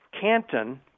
Canton